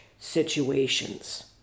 situations